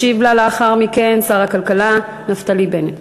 ישיב לאחר מכן שר הכלכלה נפתלי בנט.